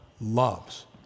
loves